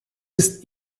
ist